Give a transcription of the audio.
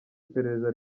iperereza